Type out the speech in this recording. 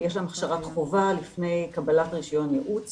יש להם הכשרת חובה לפני קבלת רישיון ייעוץ